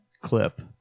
clip